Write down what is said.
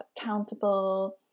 accountable